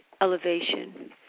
elevation